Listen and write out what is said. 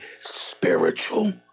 spiritual